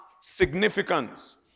significance